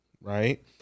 right